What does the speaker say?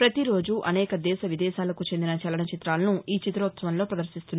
పతిరోజు అనేక దేశ విదేశాలకు చెందిన చలన చిత్రాలను ఈ చిత్రోత్సవంలో ప్రదర్శిస్తున్నారు